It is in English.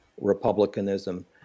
Republicanism